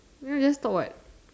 you know just talk what